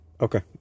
okay